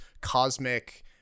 cosmic